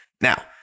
Now